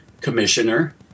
commissioner